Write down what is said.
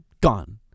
gone